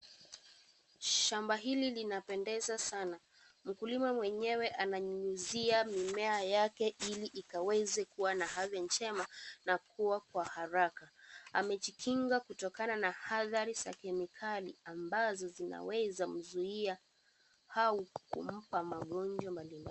Shamba hili linapendeza sana, mkulima mwenyewe ananyunyizia mimea yake chini ikaweze kuwa na afya njema na kuwa kwa haraka, amejikinga kutokana na hathari za kemikali ambazo zinaweza mzuia, au kumpa magonjwa mbali mbali.